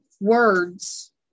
words